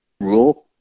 rule